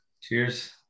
Cheers